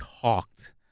talked